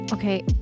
Okay